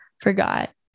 forgot